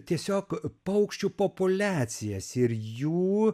tiesiog paukščių populiacijas ir jų